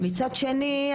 מצד שני,